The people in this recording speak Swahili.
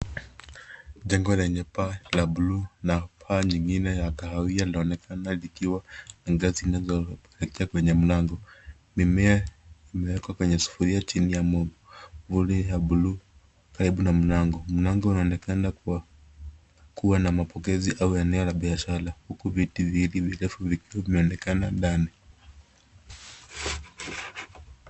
Jengo lenye paa la blue na paa nyingine lenye rangi ya kahawia inaonekana likiwa na ngazi inayoingia kwenye mlango. Mimea imewekwa kwenye sufuria chini ya mbuni ya blue karibu na mlango. Mlango unaonekana kuwa na mapokezi au eneo la biashara huku viti viwili virefu vikiwa vinaonekan ndani.